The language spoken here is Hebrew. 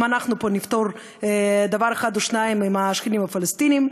גם אם אנחנו פה נפתור דבר אחד או שניים עם השכנים הפלסטינים.